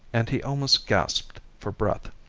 and he almost gasped for breath.